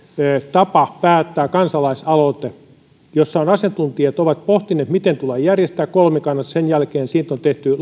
tapa päättää kansalaisaloite jossa asiantuntijat ovat pohtineet miten tullaan järjestämään kolmikannassa sen jälkeen siitä on tehty